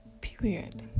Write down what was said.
period